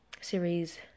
series